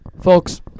Folks